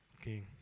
Okay